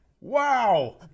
Wow